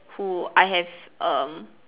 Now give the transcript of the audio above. who I have um